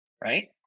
right